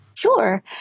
Sure